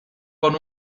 con